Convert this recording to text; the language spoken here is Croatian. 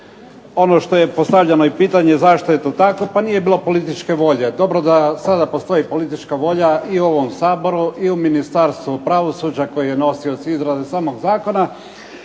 ono što je postavljeno i pitanje zašto je to tako? Pa nije bilo političke volje. Dobro da sada postoji politička volja i u ovom Saboru i u Ministarstvu pravosuđa koji je nosioc izrade samog zakona